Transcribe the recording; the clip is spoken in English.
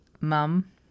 mum